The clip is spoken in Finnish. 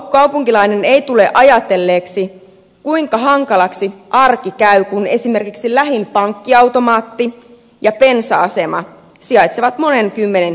kaupunkilainen ei tule ajatelleeksi kuinka hankalaksi arki käy kun esimerkiksi lähin pankkiautomaatti ja bensa asema sijaitsevat monen kymmenen kilometrin päässä